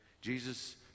Jesus